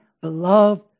beloved